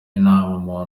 inama